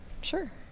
Sure